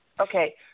Okay